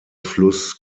fluss